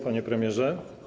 Panie Premierze!